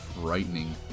frightening